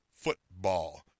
football